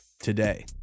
today